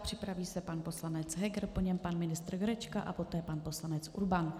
Připraví se pan poslanec Heger, po něm pan ministr Jurečka a poté pan poslanec Urban.